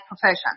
profession